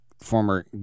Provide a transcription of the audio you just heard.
former